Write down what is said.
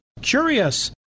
curious